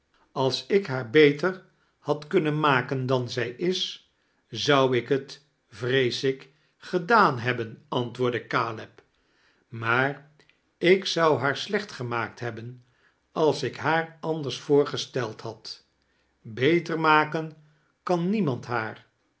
als ik haar beter had kunnen maken dan zij is zou ik t vrees ik gedaan hebben antwoordde caleb maar ik zou haar slecht gemaakt hebben ale ik haar anders voorgesteld had beter maken kan niemand haar